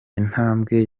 intambwe